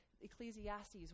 Ecclesiastes